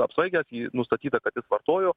apsvaigęs nustatyta kad jis vartojo